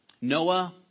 Noah